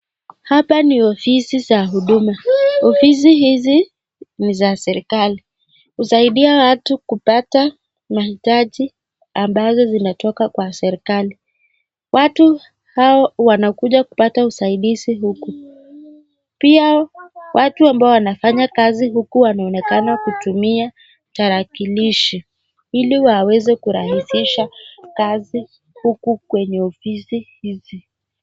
Hapa ni ofisi za huduma. Ofisi hizi ni za serikali. Husaidia watu kupata mahitaji ambazo zinatoka kwa serikali. Watu hao wanakuja kupata usaidizi huku. Pia watu ambao wanafanya kazi huku wanaonekana kutumia tarakilishi, ili waweze kurahisisha kazi huku kwenye ofisi hizi.